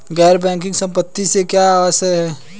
गैर बैंकिंग संपत्तियों से क्या आशय है?